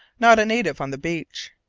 not a native on the beach.